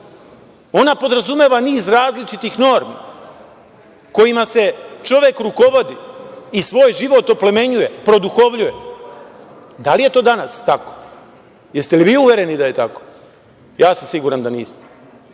Ona podrazumeva niz različitih normi kojima se čovek rukovodi i svoj život oplemenjuje, produhovljuje. Da li je to danas tako? Jeste li vi uvereni da je tako? Ja sam siguran da niste